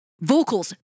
vocals